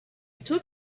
took